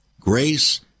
Grace